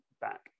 back